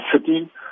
city